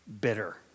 bitter